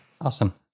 Awesome